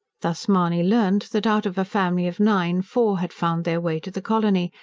thus mahony learned that, out of a family of nine, four had found their way to the colony,